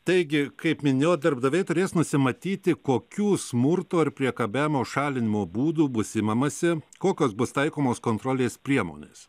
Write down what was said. taigi kaip minėjau darbdaviai turės nusimatyti kokių smurto ar priekabiavimo šalinimo būdų bus imamasi kokios bus taikomos kontrolės priemonės